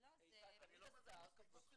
--- תמיד השר כפוף לכללים.